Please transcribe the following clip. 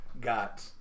got